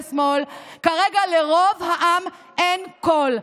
כרגע לרוב העם אין קול,